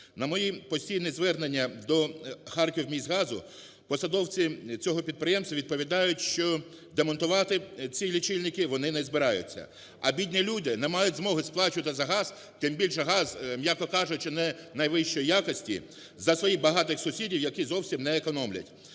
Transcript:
На мої постійні звернення до "Харківміськгазу" посадовці цього підприємства відповідають, що демонтувати ці лічильники вони не збираються. А бідні люди не мають змоги сплачувати за газ, тим більше газ, м'яко кажучи, не найвищої якості, за своїх багатих сусідів, які зовсім не економлять.